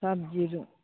सब्जीहरू